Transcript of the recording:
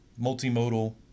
multimodal